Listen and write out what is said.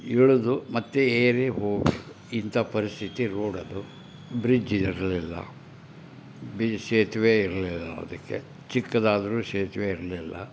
ಇಳಿದು ಮತ್ತು ಏರಿ ಹೋಗೋದು ಇಂಥ ಪರಿಸ್ಥಿತಿ ರೋಡದು ಬ್ರಿಜ್ ಇರಲಿಲ್ಲ ಬಿ ಸೇತುವೆ ಇರಲಿಲ್ಲ ಅದಕ್ಕೆ ಚಿಕ್ಕದಾದರೂ ಸೇತುವೆ ಇರಲಿಲ್ಲ